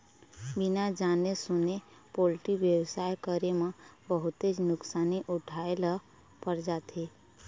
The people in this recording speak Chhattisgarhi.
बिना जाने सूने पोल्टी बेवसाय करे म बहुतेच नुकसानी उठाए ल पर जाथे